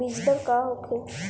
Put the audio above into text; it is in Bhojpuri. बीजदर का होखे?